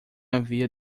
havia